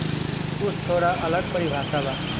कुछ थोड़ा अलग परिभाषा बा